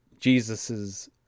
Jesus's